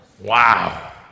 wow